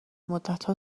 مدتها